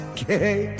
Okay